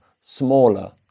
smaller